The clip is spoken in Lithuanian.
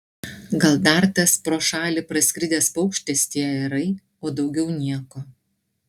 gal dar tas pro šalį praskridęs paukštis tie ajerai o daugiau nieko